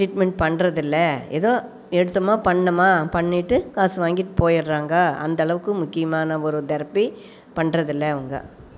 treatment பண்ணுறதில்ல ஏதோ எடுத்தோமா பண்ணோம்மா பண்ணிவிட்டு காசு வாங்கிட்டு போய்டறாங்க அந்தளவுக்கு முக்கியமான ஒரு தெரபி பண்றதில்லை அவங்க